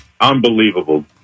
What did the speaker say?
Unbelievable